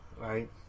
right